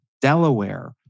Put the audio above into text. Delaware